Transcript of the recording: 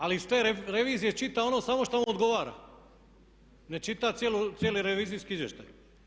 Ali iz te revizije čita ono samo što mu odgovara, ne čita cijeli revizijski izvještaj.